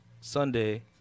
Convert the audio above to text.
Sunday